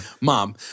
Mom